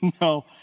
No